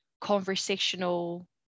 conversational